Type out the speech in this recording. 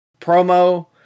promo